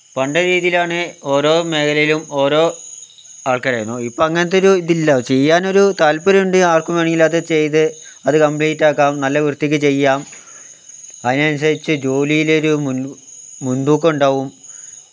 പണ്ടേ രീതിയിലാണത് ഓരോ മേഖലയിലും ഓരോ ആൾക്കാരായിരുന്നു ഇപ്പം അങ്ങനത്തെ ഒരു ഇതില്ല ചെയ്യാനൊരു താല്പര്യമുണ്ടെങ്കിൽ ആർക്കു വേണമെങ്കിലും അതു ചെയ്ത് അത് കംപ്ലീറ്റ് ആക്കാം നല്ല വൃത്തിയ്ക്ക് ചെയ്യാം അതിനനുസരിച്ച് ജോലിയിലൊരു മുൻ മുൻതൂക്കം ഉണ്ടാവും